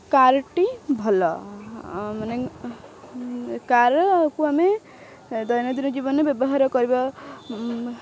କାର୍ଟି ଭଲ ମାନେ କାର୍କୁ ଆମେ ଦୈନନ୍ଦିନ ଜୀବନରେ ବ୍ୟବହାର କରିବା